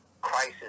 crisis